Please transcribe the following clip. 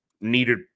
needed